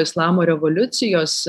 islamo revoliucijos